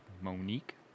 Monique